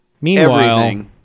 Meanwhile